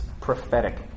prophetic